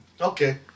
Okay